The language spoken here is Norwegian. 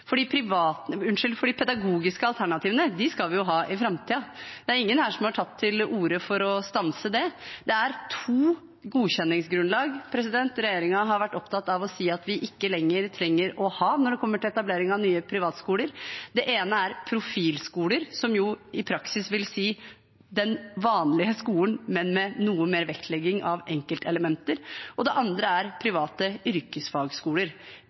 For de pedagogiske alternativene skal vi jo ha i framtiden. Det er ingen her som har tatt til orde for å stanse det. Det er to godkjenningsgrunnlag regjeringen har vært opptatt av å si at vi ikke lenger trenger å ha når det gjelder etablering av nye privatskoler. Det ene er profilskoler, som i praksis vil si den vanlige skolen, men med noe mer vektlegging av enkeltelementer, og det andre er private yrkesfagskoler.